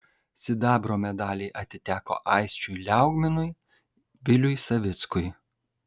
sidabro medaliai atiteko aisčiui liaugminui viliui savickui